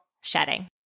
shedding